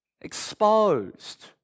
exposed